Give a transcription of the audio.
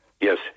Yes